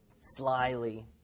Slyly